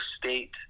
State